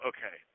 Okay